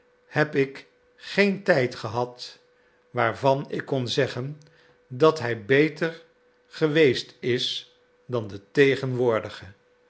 heb ik geen tijd gehad waarvan ik kon zeggen dat hij beter geweest is dan de tegenwoordige